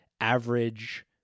average